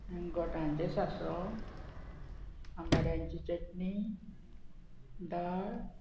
गोठांचें सांसंव आंबाड्यांची चटणी दाळ